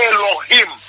Elohim